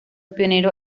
pionero